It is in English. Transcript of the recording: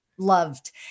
loved